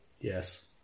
Yes